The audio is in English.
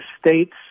states